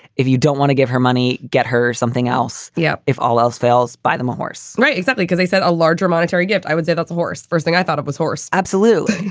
if you don't want to give her money, get her something else. yeah. if all else fails, buy them a horse. right. exactly. because they said a larger monetary gift. i would say that the horse first thing i thought of was horse absolu.